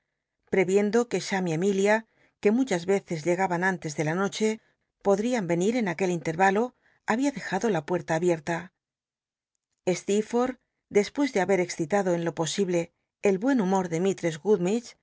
previendo que cham y l m i lia c uc muchas yeccs llegaban antes de la noche podrian i'cnir en aquel intervalo había dejado la puerta abierta ste después de haber excitado en lo posible el buen humor de misllcs